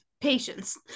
Patience